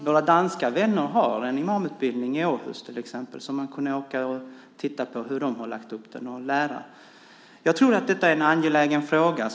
Våra danska vänner har en imamutbildning i Århus till exempel. Man kunde åka dit för att titta på hur de har lagt upp utbildningen och lära av det. Jag tror alltså att detta är en angelägen fråga.